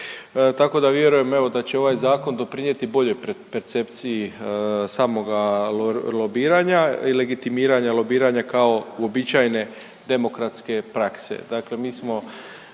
tako da vjerujem evo da će ovaj zakon doprinijeti boljoj percepciji samoga lobiranja i legitimiranja lobiranja kao uobičajene demokratske prakse.